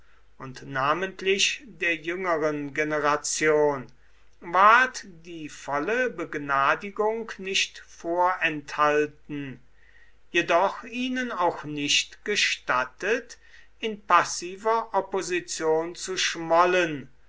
und namentlich der jüngeren generation ward die volle begnadigung nicht vorenthalten jedoch ihnen auch nicht gestattet in passiver opposition zu schmollen